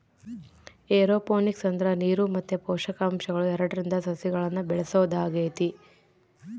aeroponics ಅಂದ್ರ ನೀರು ಮತ್ತೆ ಪೋಷಕಾಂಶಗಳು ಎರಡ್ರಿಂದ ಸಸಿಗಳ್ನ ಬೆಳೆಸೊದಾಗೆತೆ